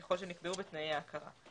ככל שנקבעו בתנאי ההכרה.